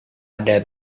ada